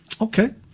Okay